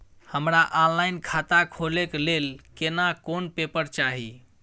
हमरा ऑनलाइन खाता खोले के लेल केना कोन पेपर चाही?